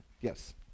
Yes